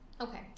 Okay